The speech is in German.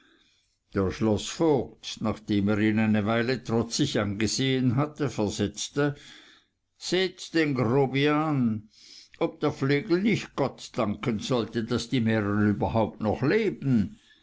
der schloßvogt nachdem er ihn eine weile trotzig angesehen hatte versetzte seht den grobian ob der flegel nicht gott danken sollte daß die mähren überhaupt noch leben